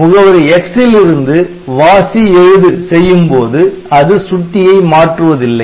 முகவரி X லிருந்து வாசி எழுது செய்யும் போது அது சுட்டியை மாற்றுவதில்லை